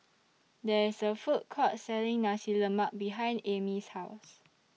There IS A Food Court Selling Nasi Lemak behind Amy's House